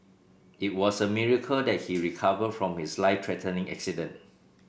it was a miracle that he recovered from his life threatening accident